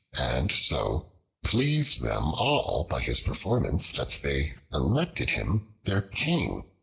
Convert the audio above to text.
and so pleased them all by his performance that they elected him their king.